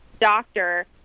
doctor